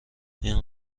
این